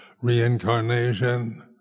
reincarnation